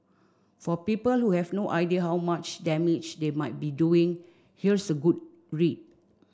for people who have no idea how much damage they might be doing here's a good read